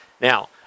Now